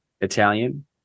Italian